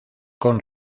con